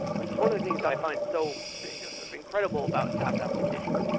which is one of the things i find so you know sort of incredible about sas applications.